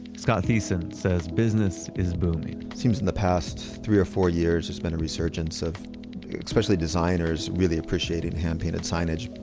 scott thiessen says business is booming seems in the past three or four years has been a resurgence of especially designers with appreciated hand-painted signage.